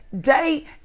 day